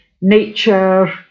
nature